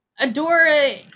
Adora